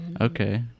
Okay